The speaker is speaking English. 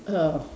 oh